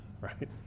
right